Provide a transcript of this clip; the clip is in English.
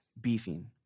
beefing